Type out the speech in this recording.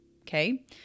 Okay